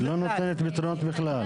לא נותנת פתרונות בכלל.